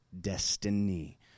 destiny